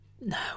no